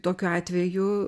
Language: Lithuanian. tokiu atveju